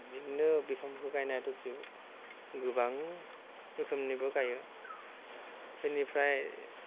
बिदिनो बिफांफोरखौ गायनायाथ' गोबां रोखोमनिबो गायो बिनिफ्राय